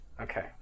Okay